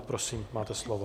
Prosím, máte slovo.